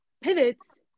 pivots